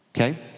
okay